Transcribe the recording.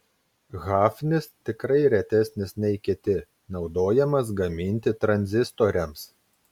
hafnis tikrai retesnis nei kiti naudojamas gaminti tranzistoriams